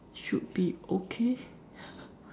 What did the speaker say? should be okay